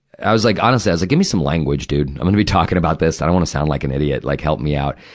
i was like, honest, give me some language, dude. i'm gonna be talking about this. i don't wanna sound like an idiot. like, help me out.